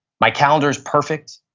my calendar is perfect,